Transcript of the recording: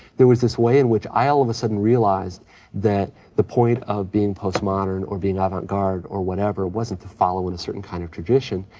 there was this way in which i all of a sudden realized that the point of being post-modern or being avant garde or whatever wasn't to follow in a certain kind of tradition,